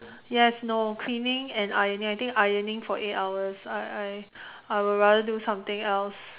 yes no cleaning and ironing I think ironing for eight hours I I I would rather do something else